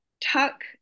tuck